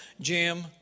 Jim